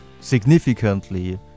significantly